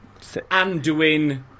Anduin